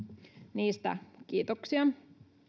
niistä kiitoksia